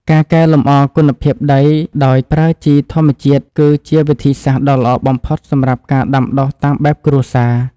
ការកែលម្អគុណភាពដីដោយប្រើជីធម្មជាតិគឺជាវិធីសាស្ត្រដ៏ល្អបំផុតសម្រាប់ការដាំដុះតាមបែបគ្រួសារ។